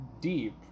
deep